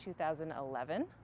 2011